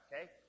Okay